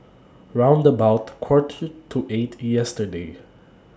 round about Quarter to eight yesterday